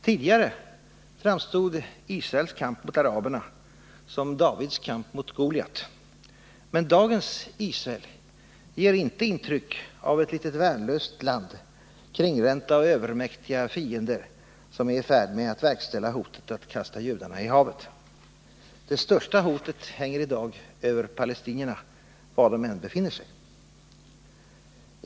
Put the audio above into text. Tidigare framstod Israels kamp mot araberna som Davids kamp mot Goliat. Men dagens Israel ger inte intryck av ett litet värnlöst land, kringränt av övermäktiga fiender, som är i färd med att verkställa hotet att kasta judarna i havet. Det största hotet hänger i dag över palestinierna, var de än befinner sig.